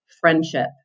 friendship